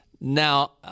Now